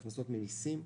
בהכנסות ממסים.